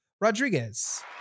Rodriguez